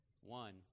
One